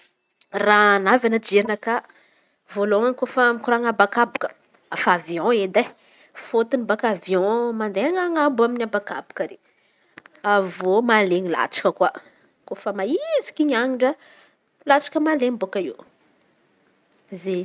Raha navy anaty jerinakà vôalohan̈y kôfa mikoran̈a habakabaka efa aviaon edy e! Fôtony baka aviaon mandeha an̈abo amy habakabaka iren̈y avy eo male latsaky koa rehefa maiiziky ny adro io latsaky malen̈y bôaka eo.